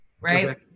right